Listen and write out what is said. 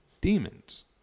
demons